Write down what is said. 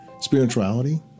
spirituality